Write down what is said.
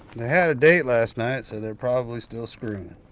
they had a date last night so they're probably still screwing.